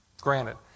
granted